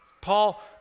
Paul